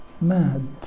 mad